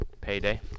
payday